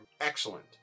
excellent